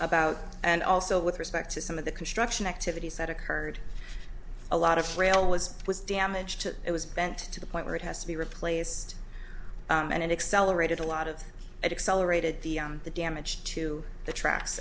about and also with respect to some of the construction activities that occurred a lot of frail was was damaged to it was bent to the point where it has to be replaced and it accelerated a lot of it accelerated the damage to the tracks